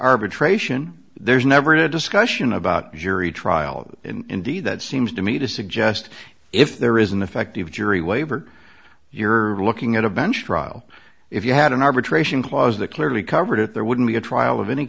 arbitration there's never a discussion about jury trial or indeed that seems to me to suggest if there is an effective jury waiver you're looking at a bench trial if you had an arbitration clause that clearly covered it there wouldn't be a trial of any